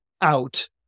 out